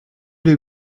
les